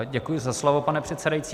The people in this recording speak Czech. Děkuji za slovo, pane předsedající.